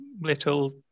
little